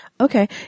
Okay